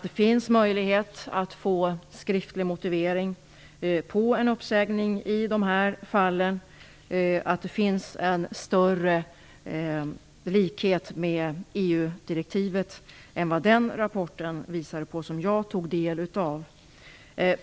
Det finns alltså möjlighet att få en skriftlig motivering på en uppsägning i nämnda fall samt en större likhet med EG-direktivet än vad den rapport visar på som jag tagit del av.